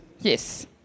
Yes